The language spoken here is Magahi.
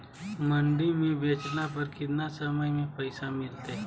मंडी में बेचला पर कितना समय में पैसा मिलतैय?